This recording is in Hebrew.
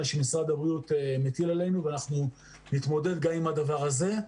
שמשרד הבריאות מטיל עלינו ואנחנו נתמודד גם עם הדבר הזה.